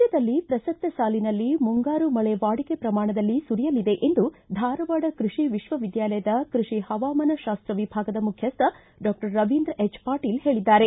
ರಾಜ್ಗದಲ್ಲಿ ಪ್ರಸಕ್ತ ಸಾಲಿನಲ್ಲಿ ಮುಂಗಾರು ಮಳೆ ವಾಡಿಕೆ ಪ್ರಮಾಣದಲ್ಲಿ ಸುರಿಯಲಿದೆ ಎಂದು ಧಾರವಾಡ ಕ್ಕಷಿ ವಿಶ್ವವಿದ್ಯಾಲಯದ ಕೃಷಿ ಪವಾಮಾನಶಾಸ್ತ ವಿಭಾಗದ ಮುಖ್ಯಸ್ತ ಡಾಕ್ಟರ್ ರವೀಂದ್ರ ಎಚ್ಪಾಟೀಲ್ ಹೇಳಿದ್ದಾರೆ